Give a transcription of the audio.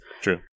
True